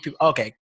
Okay